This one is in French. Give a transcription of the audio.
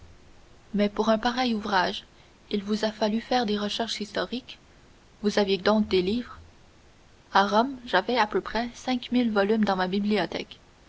mais pour un pareil ouvrage il vous a fallu faire des recherches historiques vous aviez donc des livres à rome j'avais à peu près cinq mille volumes dans ma bibliothèque